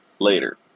later